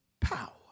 power